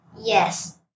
Yes